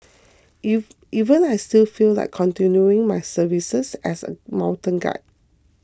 even even I still feel like continuing my services as a mountain guide